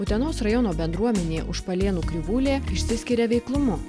utenos rajono bendruomenė užpalėnų krivūlė išsiskiria veiklumu